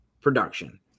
production